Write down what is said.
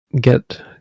get